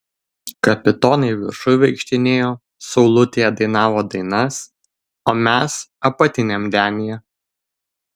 kapitonai viršuj vaikštinėjo saulutėje dainavo dainas o mes apatiniam denyje